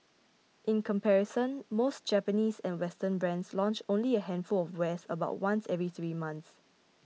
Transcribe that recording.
in comparison most Japanese and Western brands launch only a handful of wares about once every three months